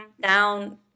down